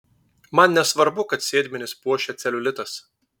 man nesvarbu kad sėdmenis puošia celiulitas